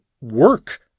work